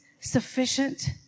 sufficient